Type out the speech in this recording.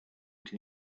can